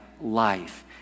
life